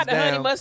down